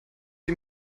ihm